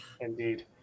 Indeed